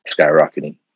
skyrocketing